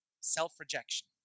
self-rejection